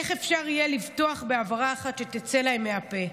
איך אפשר יהיה לבטוח בהברה אחת שתצא להם מהפה?